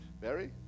Barry